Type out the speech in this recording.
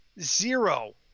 Zero